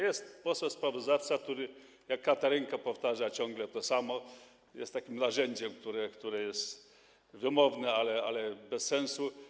Jest poseł sprawozdawca, który jak katarynka powtarza ciągle to samo, jest takim narzędziem, które jest wymowne, ale bez sensu.